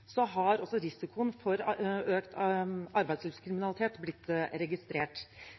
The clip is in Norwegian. har risikoen for økt arbeidslivskriminalitet blitt registrert,